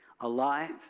Alive